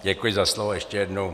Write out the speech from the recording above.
Děkuji za slovo ještě jednou.